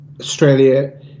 Australia